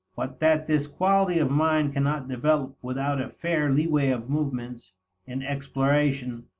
but that this quality of mind cannot develop without a fair leeway of movements in exploration,